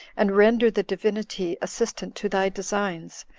and render the divinity assistant to thy designs,